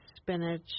spinach